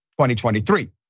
2023